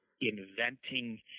inventing